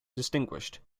distinguished